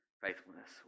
faithfulness